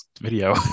video